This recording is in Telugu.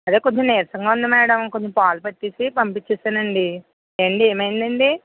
అదే కొంచెం నీరసంగా ఉంది మ్యాడం కొంచెం పాలు పట్టేసి పంపించేసానండి ఏండి ఏమైంది అండి